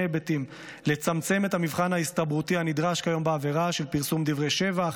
היבטים: לצמצם את המבחן ההסתברותי הנדרש כיום בעבירה של פרסום דברי שבח,